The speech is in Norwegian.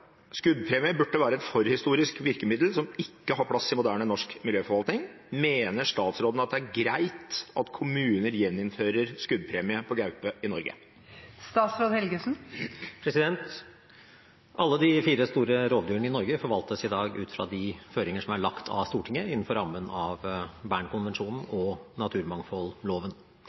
burde være et forhistorisk virkemiddel som ikke har noen plass i moderne miljøforvaltning. Mener statsråden det er greit at kommuner innfører skuddpremie på gaupe i Norge?» Alle de fire store rovdyrene i Norge forvaltes i dag ut fra de føringer som er lagt av Stortinget innenfor rammene av Bernkonvensjonen og naturmangfoldloven.